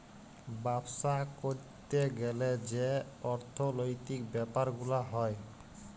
বাপ্সা ক্যরতে গ্যালে যে অর্থলৈতিক ব্যাপার গুলা হ্যয়